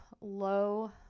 low